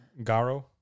Garo